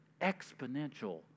exponential